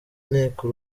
nteko